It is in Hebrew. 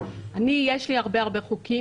יש הרבה-הרבה חוקים,